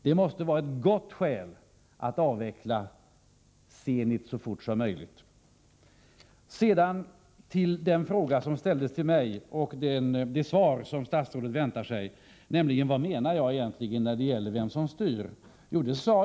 Detta måste vara ett gott skäl att avveckla Zenits verksamhet så fort som möjligt. Sedan till den fråga som ställdes till mig och som statsrådet väntar sig svar på, nämligen vad jag egentligen menade med mitt tal om styrning.